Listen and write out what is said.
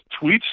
tweets